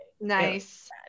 nice